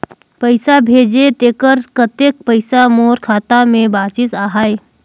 पइसा भेजे तेकर कतेक पइसा मोर खाता मे बाचिस आहाय?